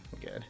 good